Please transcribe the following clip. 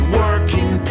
working